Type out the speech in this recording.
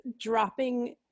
dropping